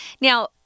Now